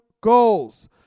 goals